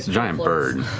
giant bird.